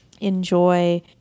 enjoy